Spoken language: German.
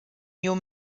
new